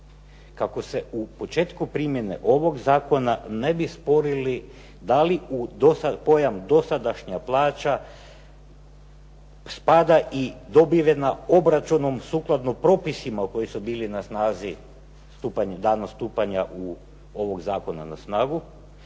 kako se u početku primjene ovog zakona ne bi sporili da li u pojam dosadašnja plaća spada i dobivena obračunom sukladno propisima koji su bili na snazi danom stupanja ovog zakona na snagu.